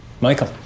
michael